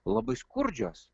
labai skurdžios